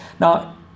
Now